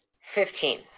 Fifteen